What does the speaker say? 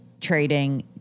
trading